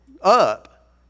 up